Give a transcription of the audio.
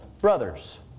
brothers